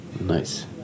nice